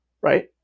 right